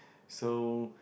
so